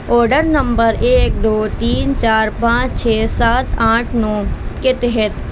order number ایک دو تین چار پانچ چھ سات آٹھ نو کے تحت